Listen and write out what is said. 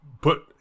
put